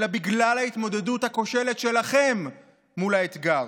אלא בגלל ההתמודדות הכושלת שלכם מול האתגר.